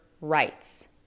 Rights